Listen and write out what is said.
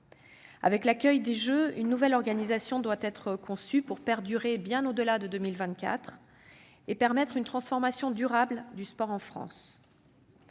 Avec l'accueil des Jeux, une nouvelle organisation doit être conçue pour perdurer bien au-delà de 2024 et permettre une transformation durable du sport en France.